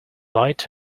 light